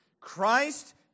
Christ